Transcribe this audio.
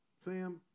Sam